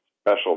special